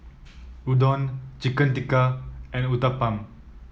Udon Chicken Tikka and Uthapam